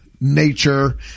nature